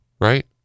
right